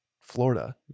Florida